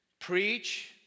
preach